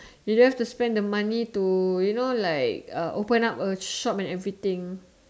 you don't have to spend the money to you know like uh open up the shop and everything